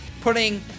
putting